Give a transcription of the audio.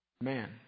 man